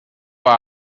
were